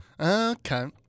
Okay